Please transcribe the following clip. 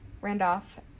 Randolph